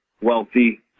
wealthy